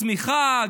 צמיחה,